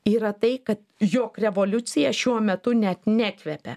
yra tai kad jog revoliucija šiuo metu net nekvepia